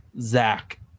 Zach